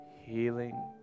healing